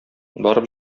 барып